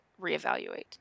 reevaluate